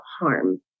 harm